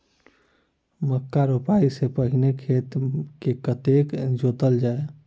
मक्का रोपाइ सँ पहिने खेत केँ कतेक जोतल जाए?